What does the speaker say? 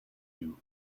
you